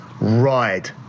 ride